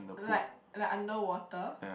like like underwater